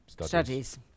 Studies